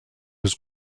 was